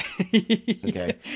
Okay